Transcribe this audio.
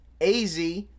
AZ